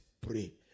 Pray